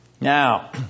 Now